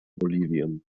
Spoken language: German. bolivien